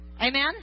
Amen